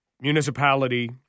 municipality